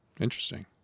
Interesting